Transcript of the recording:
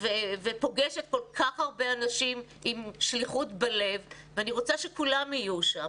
ופוגשת כל כך הרבה אנשים עם שליחות בלב ואני רוצה שכולם יהיו שם.